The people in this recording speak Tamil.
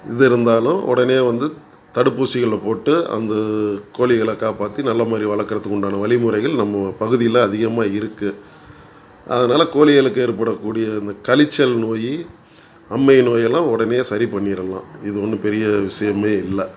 இது இருந்தாலும் உடனே வந்து தடுப்பூசிகளை போட்டு அந்த கோழிகள காப்பாத்தி நல்ல மாதிரி வளர்க்குறதுக்கு உண்டான வழிமுறைகள் நம்ம பகுதியில் அதிகமாக இருக்கு அதனால் கோழிகளுக்கு ஏற்படக்கூடிய இந்த கழிச்சல் நோய் அம்மை நோயெல்லாம் உடனே சரி பண்ணிறலாம் இது ஒன்று பெரிய விஷயமே இல்லை